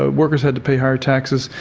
ah workers had to pay higher taxes,